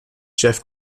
jeff